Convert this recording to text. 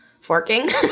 forking